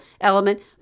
element